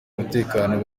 umutekano